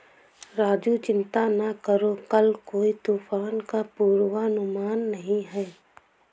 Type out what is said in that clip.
राजू चिंता ना करो कल कोई तूफान का पूर्वानुमान नहीं है